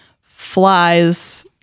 flies